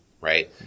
right